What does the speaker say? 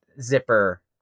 zipper